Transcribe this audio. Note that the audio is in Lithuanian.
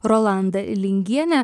rolanda lingienė